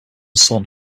son